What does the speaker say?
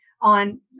on